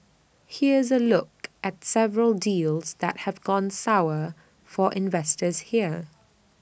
here's A look at several deals that have gone sour for investors here